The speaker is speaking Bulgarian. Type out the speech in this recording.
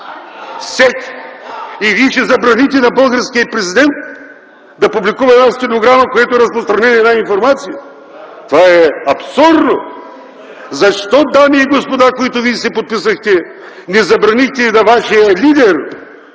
Всеки! И вие ще забраните на българския Президент да публикува една стенограма, в която е разпространена една информация?! Това е абсурдно! Защо, дами и господа, които се подписахте, не забранихте на вашия лидер